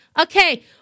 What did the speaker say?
Okay